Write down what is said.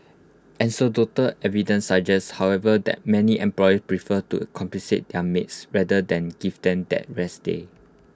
anecdotal evidence suggests however that many employers prefer to compensate their maids rather than give them that rest day